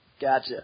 Gotcha